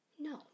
No